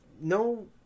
no